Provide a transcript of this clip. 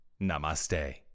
Namaste